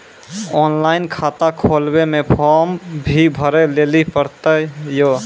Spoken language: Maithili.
ऑनलाइन खाता खोलवे मे फोर्म भी भरे लेली पड़त यो?